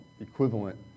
equivalent